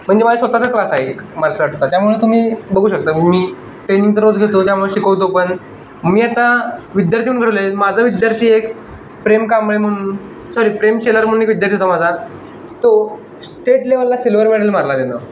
म्हणजे माझा स्वत चा क्लास आहे एक मार्शल आर्टचा त्यामुळे तुम्ही बघू शकता मी ट्रेनिंग तर रोज घेतो त्यामुळे शिकवतो पण मी आता विद्यार्थीहून घडवले माझा विद्यार्थी एक प्रेम कांबळे म्हणून सॉरी प्रेम शेलार म्हणून एक विद्यार्थी होता माझा तो स्टेट लेवलला सिल्वर मेडल मारला त्यानं